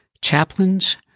Chaplains